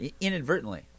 Inadvertently